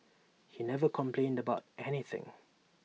he never complained about anything